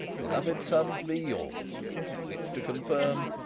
beloved sons, be yours which to confirm,